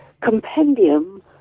compendium